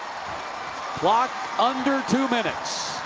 clock under two minutes.